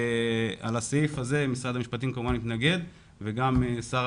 לסעיף הזה שמרד המשפטים כמובן מתנגד וגם שר